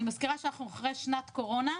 אני מזכירה שאנחנו אחרי שנת קורונה,